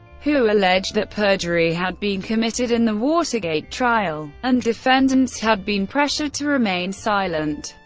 who alleged that perjury had been committed in the watergate trial, and defendants had been pressured to remain silent.